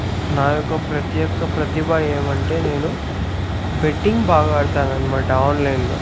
నా యొక్క ప్రత్యక ప్రతిభ ఏమంటే నేను బెట్టింగ్ బాగా ఆడతానన్నమాట ఆన్లైన్ లో